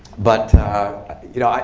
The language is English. but you know,